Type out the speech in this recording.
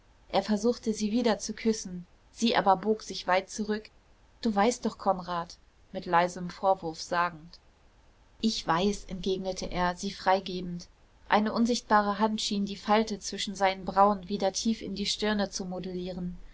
er versuchte sie wieder zu küssen sie aber bog sich weit zurück du weißt doch konrad mit leisem vorwurf sagend ich weiß entgegnete er sie frei gebend eine unsichtbare hand schien die falte zwischen seinen brauen wieder tief in die stirne zu modellieren